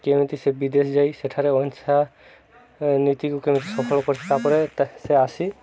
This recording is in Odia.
କେମିତି ସେ ବିଦେଶ ଯାଇ ସେଠାରେ ଅହିଂସା ନୀତିକୁ କେମିତି ସଫଳ କର ତାପରେ ସେ ଆସି